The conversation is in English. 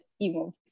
emo